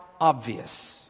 obvious